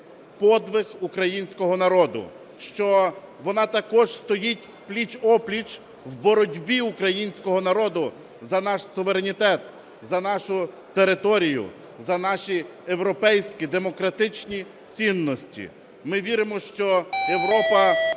подвиг українського народу, що вона також стоїть пліч-о-пліч в боротьбі українського народу за наш суверенітет, за нашу територію, за наші європейські демократичні цінності. Ми віримо, що Європа